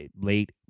late